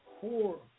four